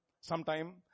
sometime